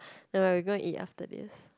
never mind we go and eat after this